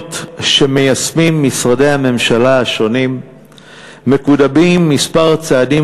המדיניות שמיישמים משרדי הממשלה השונים מקודמים כמה צעדים